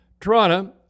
Toronto